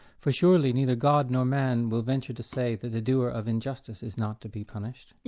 for surely neither god nor man will venture to say that the doer of injustice is not to be punished?